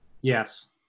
Yes